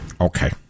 Okay